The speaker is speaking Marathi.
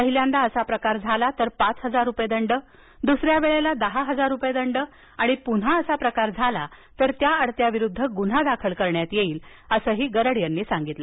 पहिल्यांदा असा प्रकार झाला तर पाच हजार रुपये दंड द्सऱ्या वेळेस दहा हजार रुपये दंड आणि पुन्हा असा प्रकार झाला तर त्या आडत्याविरुद्ध गुन्हा दाखल करण्यात येईल असं गरड यांनी सांगितलं